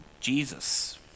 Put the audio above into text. Jesus